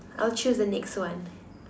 I'll choose the next one